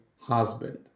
husband